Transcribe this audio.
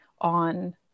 on